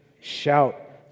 Shout